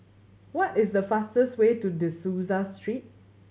what is the fastest way to De Souza Street